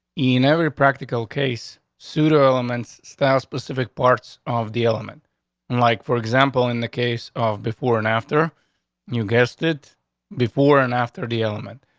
in every practical case, suitor elements style, specific parts of the element and like, for example, in the case of before and after you guessed it before and after the element.